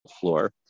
floor